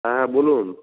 হ্যাঁ বলুন